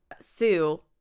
sue